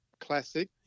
Classic